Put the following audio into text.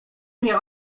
nie